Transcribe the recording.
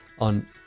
on